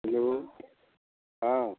hello हाँ